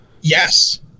Yes